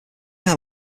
isle